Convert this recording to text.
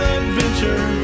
adventure